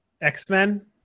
x-men